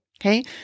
Okay